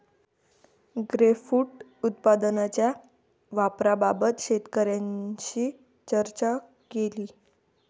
grapefruit उत्पादनाच्या वापराबाबत शेतकऱ्यांशी चर्चा केली